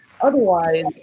Otherwise